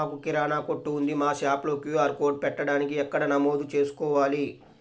మాకు కిరాణా కొట్టు ఉంది మా షాప్లో క్యూ.ఆర్ కోడ్ పెట్టడానికి ఎక్కడ నమోదు చేసుకోవాలీ?